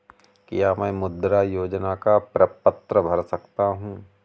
क्या मैं मुद्रा योजना का प्रपत्र भर सकता हूँ?